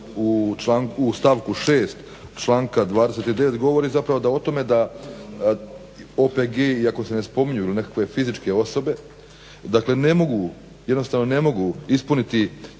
stavku 6. članka 29. govori zapravo da o tome da OPG iako se ne spominju nekakve fizičke osobe, dakle ne mogu, jednostavno ne mogu ispuniti